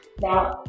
Now